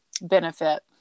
benefit